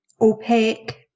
opaque